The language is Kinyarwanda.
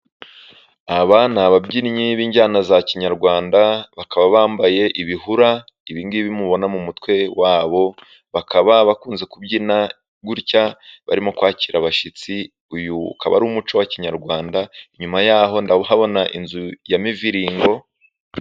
Aba ni ababyinnyi b'injyana za kinyarwanda bakaba bambaye ibihura, ibingibi mubona mu mutwe wabo bakaba bakunze kubyina gutya barimo kwakira abashyitsi. Uyu ukaba ari umuco wa kinyarwanda nyuma yaho ndahabona inzu ya miviringo.